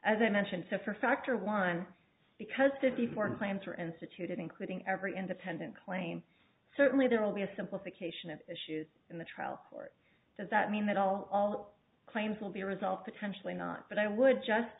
as i mentioned so far factor one because the deform plans are instituted including every independent claim certainly there will be a simplification of issues in the trial court does that mean that all all claims will be a result potentially not but i would just